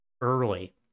early